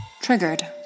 Triggered